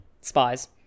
spies